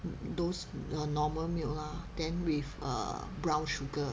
those err normal milk lah then with err brown sugar